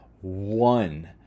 one